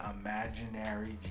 imaginary